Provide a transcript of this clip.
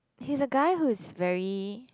he's a guy whose very